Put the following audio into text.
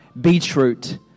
beetroot